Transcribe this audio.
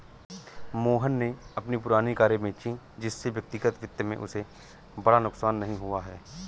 मोहन ने अपनी पुरानी कारें बेची जिससे व्यक्तिगत वित्त में उसे बड़ा नुकसान नहीं हुआ है